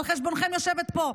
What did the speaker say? על חשבונכם יושבת פה,